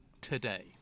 today